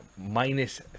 minus